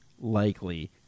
likely